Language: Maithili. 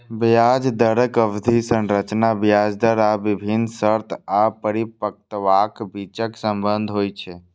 ब्याज दरक अवधि संरचना ब्याज दर आ विभिन्न शर्त या परिपक्वताक बीचक संबंध होइ छै